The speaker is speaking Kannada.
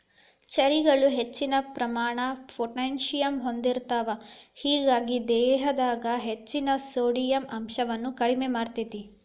ಚೆರ್ರಿಗಳು ಹೆಚ್ಚಿನ ಪ್ರಮಾಣದ ಪೊಟ್ಯಾಸಿಯಮ್ ಹೊಂದಿರ್ತಾವ, ಹೇಗಾಗಿ ದೇಹದಾಗ ಹೆಚ್ಚಿನ ಸೋಡಿಯಂ ಅಂಶವನ್ನ ಕಡಿಮಿ ಮಾಡ್ತೆತಿ